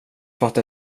fatta